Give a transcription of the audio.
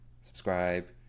subscribe